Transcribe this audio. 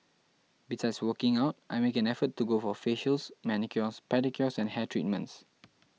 besides working out I make an effort to go for facials manicures pedicures and hair treatments